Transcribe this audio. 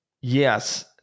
Yes